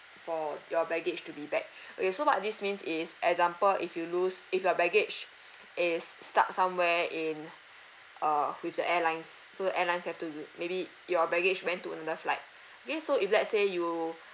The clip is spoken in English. for your baggage to be back okay so what this means is example if you lose if your baggage is stuck somewhere in uh with the airlines so the airlines have to uh maybe your baggage went to another flight okay so if let's say you